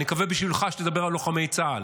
אני מקווה בשבילך שתדבר על לוחמי צה"ל,